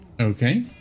Okay